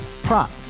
prop